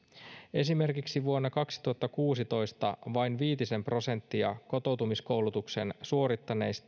esimerkiksi vuonna kaksituhattakuusitoista vain viitisen prosenttia kotoutumiskoulutuksen suorittaneista oli